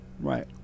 right